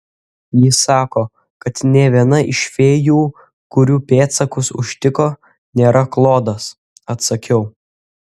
ji sako kad nė viena iš fėjų kurių pėdsakus užtiko nėra klodas atsakiau